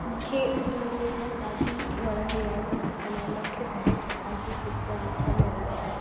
मूंखे फिल्म ॾिसणु ॾाढी वणंदी आहिनि अने मांखे हर एक प्रकार जी पिचर ॾिसण में रसु आहे